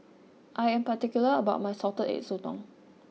I am particular about my Salted Egg Sotong